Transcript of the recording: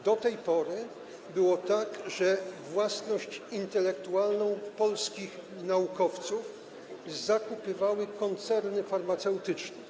Do tej pory było tak, że własność intelektualną polskich naukowców zakupywały koncerny farmaceutyczne.